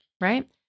Right